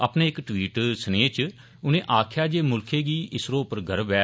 अपने इक ट्वीट सनेह च उनें आक्खेआ जे मुल्खै गी इसरो पर गर्व ऐ